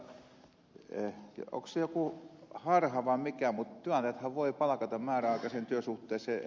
minusta onko se joku harha vai mikä työnantajathan voivat palkata määräaikaiseen työsuhteeseen